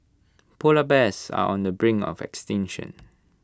Polar Bears are on the brink of extinction